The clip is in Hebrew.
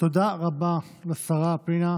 תודה רבה לשרה פנינה